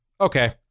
okay